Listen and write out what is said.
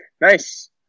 Nice